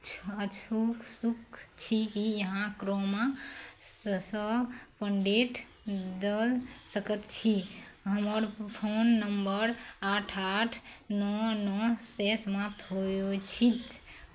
अछु सुख छी कि यहाँ क्रोमा स से अपन डेट दऽ सकै छी हमर फोन नम्बर आठ आठ नओ नओसे समाप्त होइ होइ छिक